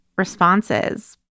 responses